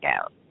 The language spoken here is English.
out